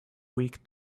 weak